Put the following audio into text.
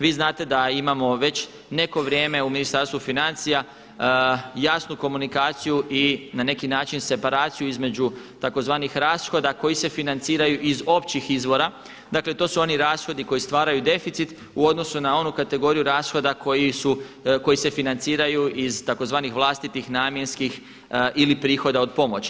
Vi znate da imamo već neko vrijeme u Ministarstvu financija jasnu komunikaciju i na neki način separaciju između tzv. rashoda koji se financiraju iz općih izvora, dakle to su oni rashodi koji stvaraju deficit u odnosu na onu kategoriju rashoda koji se financiraju iz tzv. vlastitih namjenskih ili prihoda od pomoći.